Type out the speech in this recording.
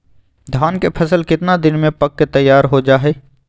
धान के फसल कितना दिन में पक के तैयार हो जा हाय?